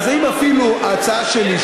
אז אם אפילו ההצעה שלי,